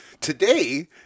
Today